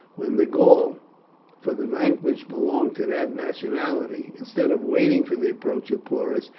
when the gaul for the vanquished belonged to that nationality instead of waiting for the approach of porus,